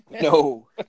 No